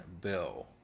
bill